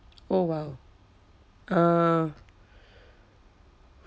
oh !wow! uh